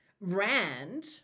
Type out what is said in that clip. Rand